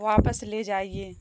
واپس لے جائیے